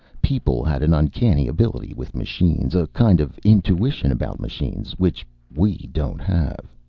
people had an uncanny ability with machines. a kind of intuition about machines which we don't have.